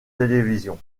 télévisions